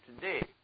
today